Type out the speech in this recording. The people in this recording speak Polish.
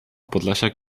podlasiak